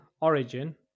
origin